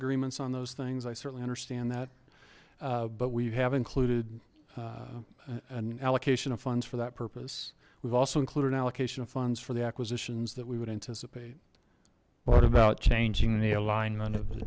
agreements on those things i certainly understand that but we have included an allocation of funds for that purpose we've also included an allocation of funds for the acquisitions that we would anticipate what about changing the alignment of the